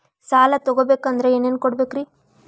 ಸಾಲ ತೊಗೋಬೇಕಂದ್ರ ಏನೇನ್ ಕೊಡಬೇಕ್ರಿ?